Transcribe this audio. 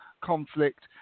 conflict